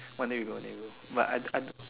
what name you got on that roll but I I don't